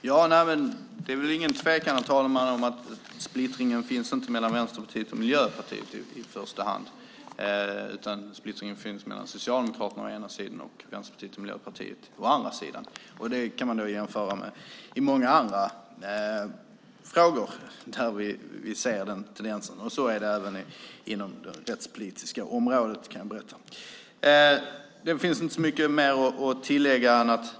Herr talman! Det är väl ingen tvekan om att splittringen inte finns mellan Vänsterpartiet och Miljöpartiet i första hand utan mellan Socialdemokraterna å ena sidan och Vänsterpartiet och Miljöpartiet å den andra. Det är i många frågor vi ser den tendensen, och så är det även inom det rättspolitiska området. Det finns inte så mycket mer att tillägga.